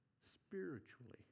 spiritually